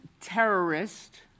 terrorist